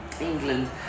England